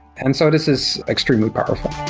and so this is extremely powerful.